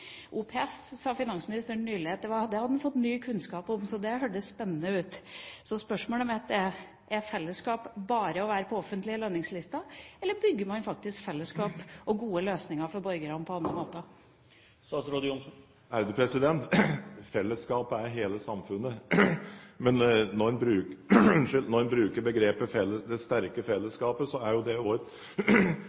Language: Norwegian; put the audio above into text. sa nylig at OPS hadde han fått ny kunnskap om, og det hørtes spennende ut. Spørsmålet mitt er: Er fellesskapet bare å være på offentlige lønningslister, eller bygger man faktisk fellesskap og gode løsninger for borgerne på andre måter? Fellesskapet er hele samfunnet. Når en bruker begrepet det sterke fellesskapet, er det også et